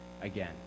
again